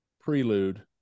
prelude